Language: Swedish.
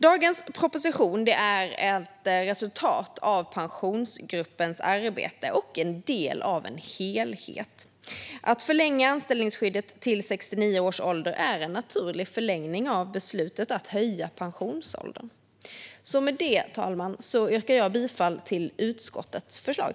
Dagens proposition är ett resultat av Pensionsgruppens arbete och en del av en helhet. Att förlänga anställningsskyddet till 69 års ålder är en naturlig följd av beslutet att höja pensionsåldern. Med det, fru talman, yrkar jag bifall till utskottets förslag.